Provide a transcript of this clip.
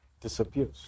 disappears